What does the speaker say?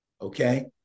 okay